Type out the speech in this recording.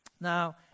Now